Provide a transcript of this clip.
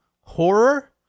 horror